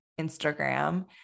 Instagram